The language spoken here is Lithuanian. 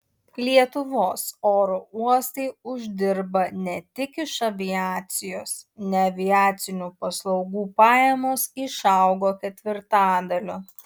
lietuvos oro uostai uždirba ne tik iš aviacijos neaviacinių paslaugų pajamos išaugo ketvirtadaliu